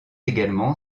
également